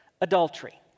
adultery